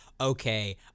okay